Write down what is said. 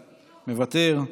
מוותר,